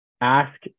ask